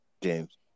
James